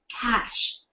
cash